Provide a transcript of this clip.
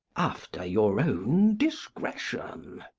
after your own discretion.